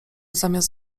zamiast